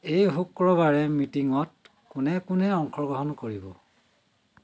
এই শুক্ৰবাৰে মিটিঙত কোনে কোনে অংশগ্ৰহণ কৰিব